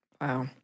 Wow